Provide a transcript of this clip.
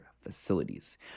facilities